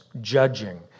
judging